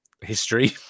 History